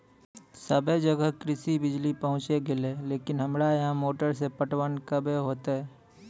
सबे जगह कृषि बिज़ली पहुंची गेलै लेकिन हमरा यहाँ मोटर से पटवन कबे होतय?